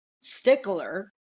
stickler